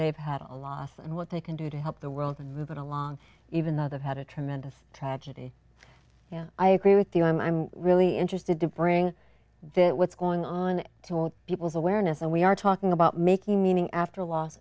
they've had a loss and what they can do to help the world and move it along even though they've had a tremendous tragedy i agree with you i'm really interested to bring that what's going on to hold people's awareness and we are talking about making meaning after l